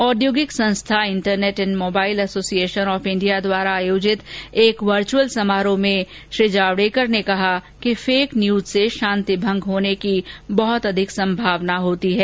औद्योगिक संस्था internet and mobile association of India IAMAI द्वारा आयोजित एक वर्चुअल समारोह को संबोधित करते हुए श्री जावड़ेकर ने कहा कि फेक न्यूज से शांति भंग होने की बहुत अधिक संभावना होती है